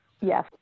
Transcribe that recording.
Yes